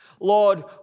Lord